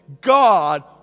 God